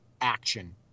action